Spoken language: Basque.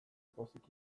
pozik